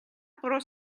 буруу